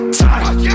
time